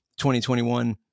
2021